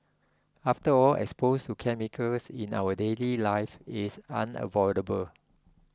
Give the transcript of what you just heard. after all exposure to chemicals in our daily life is unavoidable